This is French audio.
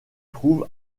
trouve